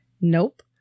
Nope